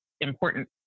important